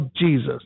Jesus